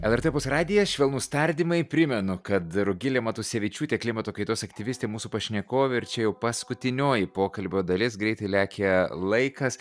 lrt opus radijas švelnūs tardymai primenu kad rugilė matusevičiūtė klimato kaitos aktyvistė mūsų pašnekovė ir čia jau paskutinioji pokalbio dalis greitai lekia laikas